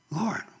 Lord